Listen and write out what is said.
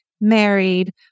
married